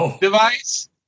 device